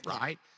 right